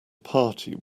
party